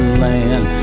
land